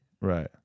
Right